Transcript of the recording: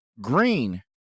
green